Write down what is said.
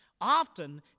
often